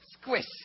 squish